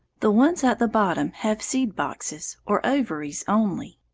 the ones at the bottom have seed-boxes, or ovaries, only.